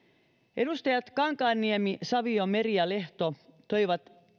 edustajat kankaanniemi savio meri ja lehto toivat